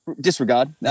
disregard